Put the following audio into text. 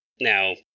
Now